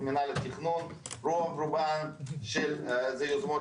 כי בחלק מן המקומות פשוט לא צוינה התייחסות